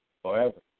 forever